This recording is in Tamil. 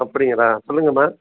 அப்படிங்களா சொல்லுங்கள்ம்மா